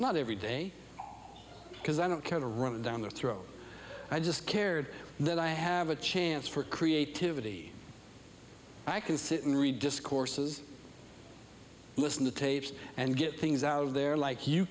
not every day because i don't care to write it down their throat i just cared that i have a chance for creativity i can sit and read discourses listen to tapes and get things out of there like you